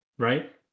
Right